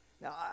Now